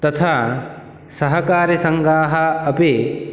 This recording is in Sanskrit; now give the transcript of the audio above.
तथा सहकारिसङ्घाः अपि